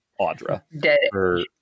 Audra